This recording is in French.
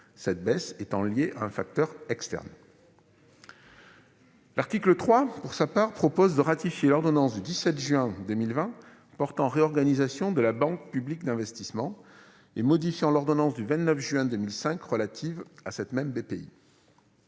cette baisse étant liée à un facteur externe. L'article 3 vise à ratifier l'ordonnance du 17 juin 2020 portant réorganisation de la Banque publique d'investissement et modifiant l'ordonnance du 29 juin 2005 relative à celle-ci.